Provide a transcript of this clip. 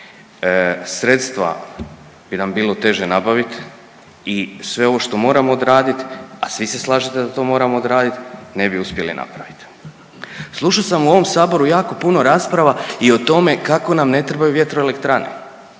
sredstva bi nam bilo teže nabaviti i sve ovo što moramo odraditi, a svi se slažete da to moramo odraditi ne bi uspjeli napraviti. Slušao sam u ovom saboru jako puno rasprava i o tome kako nam ne trebaju vjetroelektrane